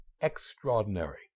extraordinary